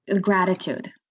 gratitude